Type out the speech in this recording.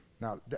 Now